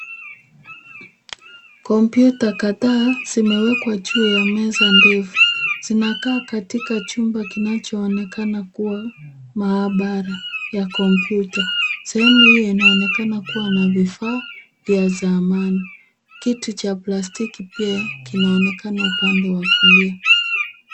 Kompyuta kadhaa zimewekwa juu ya meza ndefu, zinakaa katika chumba kinachoonekana kuwa maabara ya kompyuta. Sehemu hii inaonakana kuwa na vifaa vya zamani, kiti cha plastiki kinaonekana pia upande wa kulia.